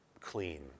clean